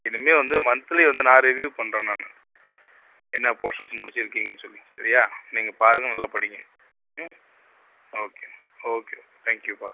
இனிமேல் வந்து மந்த்லி வந்து நான் ரிவியூ பண்ணுறேன் நான் என்ன போர்ஷன்ஸ் முடித்திருக்கீங்கன்னு சொல்லி சரியா நீங்கள் பாருங்கள் நல்லா படியுங்க ம் ஓகே ஓகே தேங்க்யூப்பா